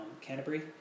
Canterbury